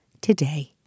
today